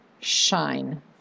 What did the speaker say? shine